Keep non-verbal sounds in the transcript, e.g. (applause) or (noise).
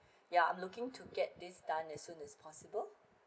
(breath) yeah I'm looking to get this done as soon as possible